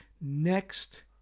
next